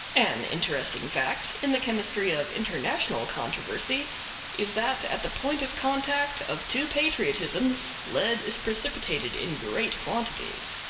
an interesting fact in the chemistry of international controversy is that at the point of contact of two patriotisms lead is precipitated in great quantities.